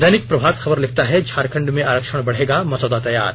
दैनिक प्रभात खबर लिखता है झारखंड में आरक्षण बढ़ेगा मसौदा तैयार